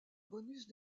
bonus